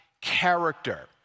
character